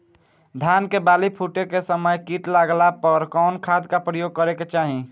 धान के बाली फूटे के समय कीट लागला पर कउन खाद क प्रयोग करे के चाही?